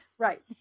Right